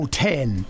ten